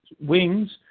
wings